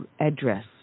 address